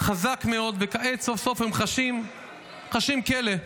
חזק מאוד, וכעת סוף-סוף הם חשים כלא.